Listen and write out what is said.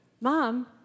mom